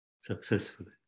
successfully